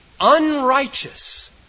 unrighteous